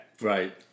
Right